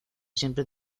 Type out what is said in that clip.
siempre